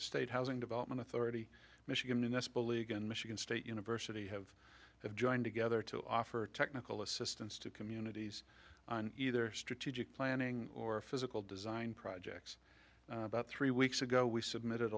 state housing development authority michigan in this bill egan michigan state university have have joined together to offer technical assistance to communities on either strategic planning or physical design projects about three weeks ago we submitted